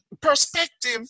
perspective